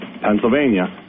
Pennsylvania